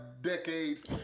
decades